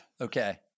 Okay